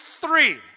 three